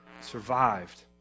survived